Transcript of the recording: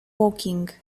woking